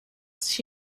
sich